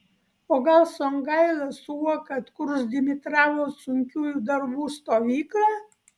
o gal songaila su uoka atkurs dimitravo sunkiųjų darbų stovyklą